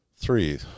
three